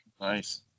nice